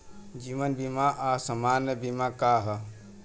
जीवन बीमा आ सामान्य बीमा का ह?